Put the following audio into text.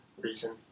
reason